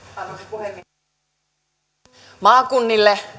puhemies alueille maakunnille